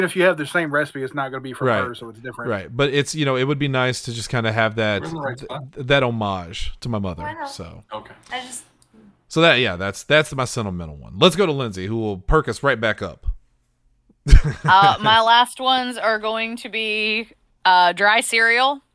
if you have the same recipe, it's not gonna be for Right, her, so it's different. right, but it's, you know, it would be nice to just kinda have that- We're in the right th- spot. th- that homage to my mother, I know. so. Okay. I just- mm. So that- yeah, that's- that's my sentimental one. Let's go to Lindsay, who will perk us right back up. Uh, my last ones are going to be, uh, dry cereal.